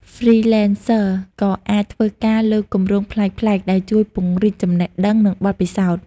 Freelancers ក៏អាចធ្វើការលើគម្រោងប្លែកៗ ដែលជួយពង្រីកចំណេះដឹង និងបទពិសោធន៍។